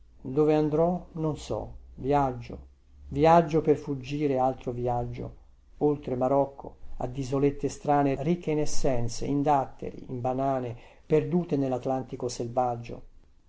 dove andrò non so vïaggio vïaggio per fuggire altro vïaggio oltre marocco ad isolette strane ricche in essenze in datteri in banane perdute nellatlantico selvaggio